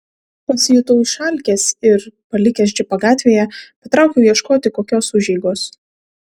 pasijutau išalkęs ir palikęs džipą gatvėje patraukiau ieškoti kokios užeigos